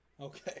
Okay